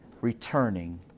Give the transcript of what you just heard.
returning